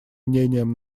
мнением